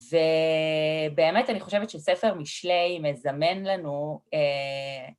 ובאמת, אני חושבת שספר משלי מזמן לנו אה...